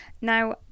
Now